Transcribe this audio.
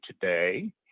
today